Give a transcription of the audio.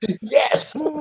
Yes